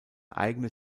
eigene